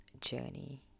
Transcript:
journey